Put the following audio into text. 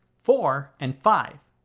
four, and five.